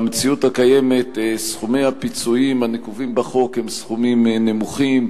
במציאות הקיימת סכומי הפיצויים הנקובים בחוק הם סכומים נמוכים.